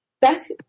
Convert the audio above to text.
Back